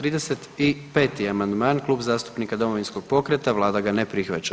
35. amandman Klub zastupnika Domovinskog pokreta, Vlada ga ne prihvaća.